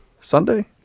Sunday